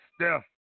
Steph